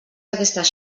aquestes